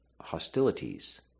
hostilities